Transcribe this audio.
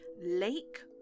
lake